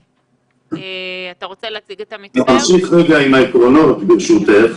אני אמשיך עם העקרונות ברשותך.